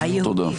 תודה.